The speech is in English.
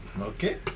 Okay